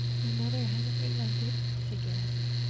your mother hasn't relented? she gasped.